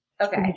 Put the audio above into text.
Okay